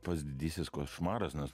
pats didysis košmaras nes